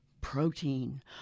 protein